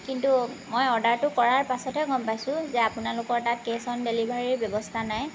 কিন্তু মই অৰ্ডাৰটো কৰাৰ পাছতহে গম পাইছোঁ যে আপোনালোকৰ তাত কেছ অন ডেলিভাৰীৰ ব্যৱস্থা নাই